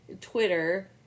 Twitter